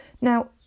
Now